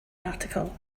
article